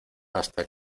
hasta